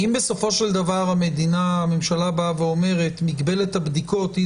אם בסופו של דבר הממשלה באה ואומרת שמגבלת הבדיקות היא